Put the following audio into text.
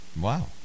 Wow